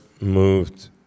moved